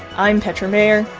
i'm petra mayer.